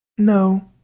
no,